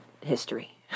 history